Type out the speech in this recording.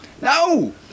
No